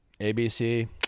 ABC